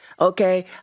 okay